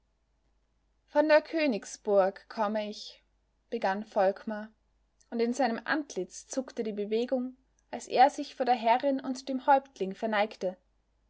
von der königsburg komme ich begann volkmar und in seinem antlitz zuckte die bewegung als er sich vor der herrin und dem häuptling verneigte